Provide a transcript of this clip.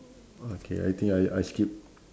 okay I think I I skip